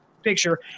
picture